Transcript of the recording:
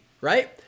right